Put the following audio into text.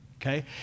okay